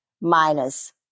minus